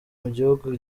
mugihugu